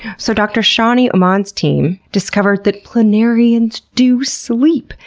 so, dr. shauni omond's team discovered that planarians do sleep!